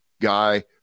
guy